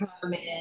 comment